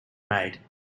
made